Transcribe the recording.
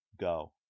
go